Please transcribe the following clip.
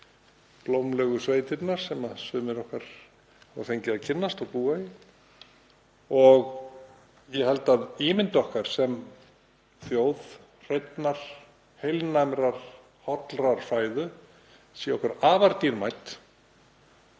blómlegu sveitirnar, sem sum okkar hafa fengið að kynnast og búa í. Ég held að ímynd okkar sem þjóðar hreinnar, heilnæmrar, hollrar fæðu sé okkur afar dýrmæt,